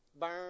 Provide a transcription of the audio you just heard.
burn